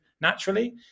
naturally